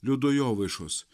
liudo jovaišos